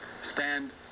stand